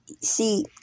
see